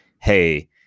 hey